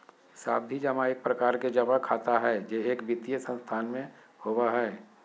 सावधि जमा एक प्रकार के जमा खाता हय जे एक वित्तीय संस्थान में होबय हय